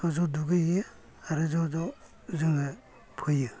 ज' ज' दुगै हैयो आरो ज' ज' जोङो फैयो